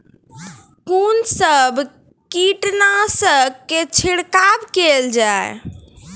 कून सब कीटनासक के छिड़काव केल जाय?